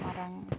ᱢᱟᱨᱟᱝ